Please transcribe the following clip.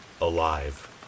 alive